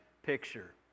Picture